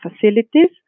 facilities